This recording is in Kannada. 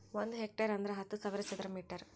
ಒಂದ್ ಹೆಕ್ಟೇರ್ ಅಂದರ ಹತ್ತು ಸಾವಿರ ಚದರ ಮೀಟರ್